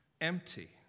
Empty